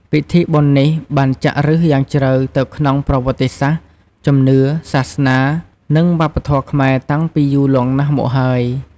ពិធីបុណ្យនេះបានចាក់ឫសយ៉ាងជ្រៅទៅក្នុងប្រវត្តិសាស្ត្រ ជំនឿ សាសនា និងវប្បធម៌ខ្មែរតាំងពីយូរលង់ណាស់មកហើយ។